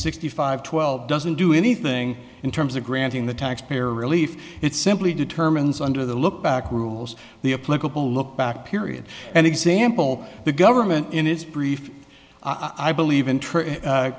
sixty five twelve doesn't do anything in terms of granting the taxpayer relief it simply determines under the lookback rules the a political look back period and example the government in its brief i believe in